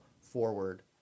forward